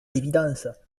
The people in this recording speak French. l’évidence